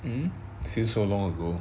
mm feel so long ago